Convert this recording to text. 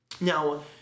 Now